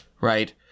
right